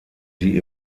sie